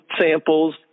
samples